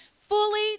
fully